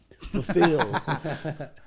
fulfill